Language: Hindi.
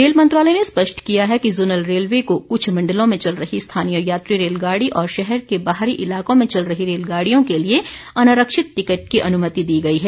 रेल मंत्रालय ने स्पष्ट किया है कि जोनल रेलवे को कुछ मंडलों में चल रही स्थानीय यात्री रेलगाडी और शहर के बाहरी इलाकों में चल रही रेलगाडियों के लिए अनारक्षित टिकट की अनुमति दी गई है